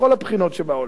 מכל הבחינות שבעולם.